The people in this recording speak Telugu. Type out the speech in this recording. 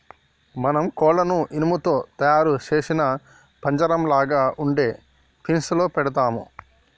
మనం కోళ్లను ఇనుము తో తయారు సేసిన పంజరంలాగ ఉండే ఫీన్స్ లో పెడతాము